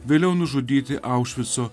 vėliau nužudyti aušvico